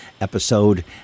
episode